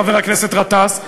חבר הכנסת גטאס,